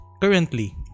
currently